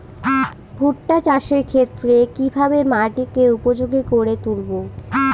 ভুট্টা চাষের ক্ষেত্রে কিভাবে মাটিকে উপযোগী করে তুলবো?